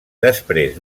després